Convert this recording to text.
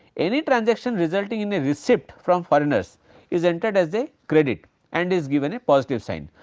any transaction resulting in a receipt from foreigners is entered as a credit and is given a positive sign.